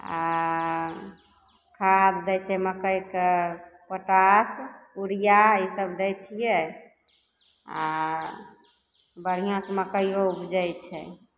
आ खाद दै छै मकइके पोटाश यूरिया इसभ दै छियै आ बढ़िऑं से मकइयौ उपजै छै